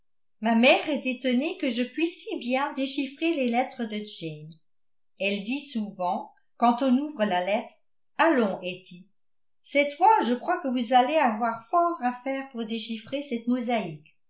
ma mère est étonnée que je puisse si bien déchiffrer les lettres de jane elle dit souvent quand on ouvre la lettre allons hetty cette fois je crois que vous allez avoir fort à faire pour déchiffrer cette